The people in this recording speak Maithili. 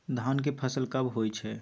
धान के फसल कब होय छै?